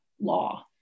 law